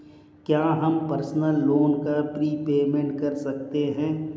क्या हम personal loan का प्रीपेमेंट कर सकते हैं?